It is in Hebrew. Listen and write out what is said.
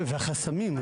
זה החסמים,